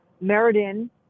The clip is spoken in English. Meriden